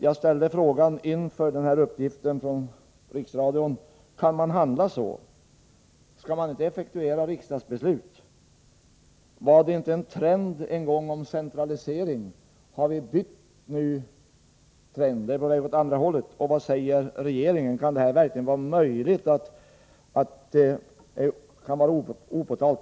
Med anledning av den här uppgiften från Riksradion ställde jag frågan: Kan man handla så? Skall man inte effektuera riksdagsbeslut? Var det inte en trend en gång mot centralisering? Har vi nu bytt trend, går vi åt andra hållet? Vad säger regeringen? Kan det verkligen vara möjligt att detta får förbli opåtalat?